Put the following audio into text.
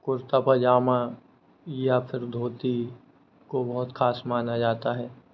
कुर्ता पजामा या फिर धोती को बहुत ख़ास माना जाता है